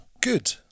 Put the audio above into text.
good